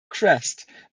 crest